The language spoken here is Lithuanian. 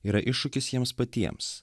yra iššūkis jiems patiems